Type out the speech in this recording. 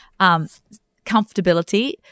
comfortability